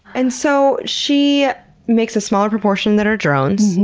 and so she makes a smaller proportion that are drones,